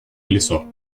колесо